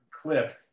clip